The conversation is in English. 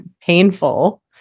painful